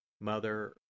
Mother